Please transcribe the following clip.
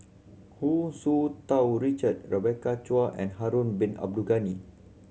Hu Tsu Tau Richard Rebecca Chua and Harun Bin Abdul Ghani